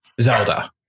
Zelda